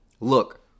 Look